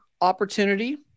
opportunity